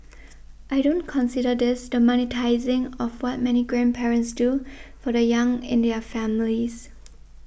I don't consider this the monetising of what many grandparents do for the young in their families